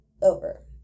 over